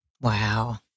Wow